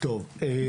טוב,